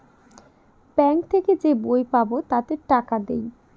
bank থেকে যে বই পাবো তাতে টাকা দেয়